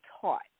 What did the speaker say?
taught